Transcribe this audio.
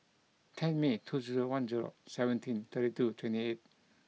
ten May two zero one zero seventeen thirty two twenty eight